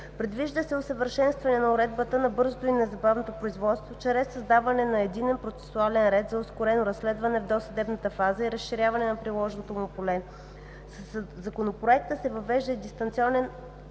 Предвижда се усъвършенстване на уредбата на бързото и незабавното производство чрез създаване на единен процесуален ред за ускорено разследване в досъдебната фаза и разширяване на приложното му поле. Със Законопроекта се въвежда и дистанционен